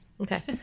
okay